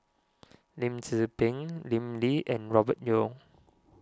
Lim Tze Peng Lim Lee and Robert Yeo